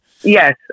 yes